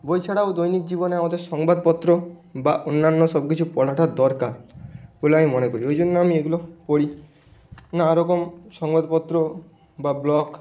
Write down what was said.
বই ছাড়াও দৈনিক জীবনে আমাদের সংবাদপত্র বা অন্যান্য সবকিছু পড়াটা দরকার বলে আমি মনে করি ওই জন্য আমি এইগুলো পড়ি নানারকম সংবাদপত্র বা ব্লগ